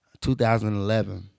2011